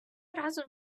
разом